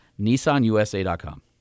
NissanUSA.com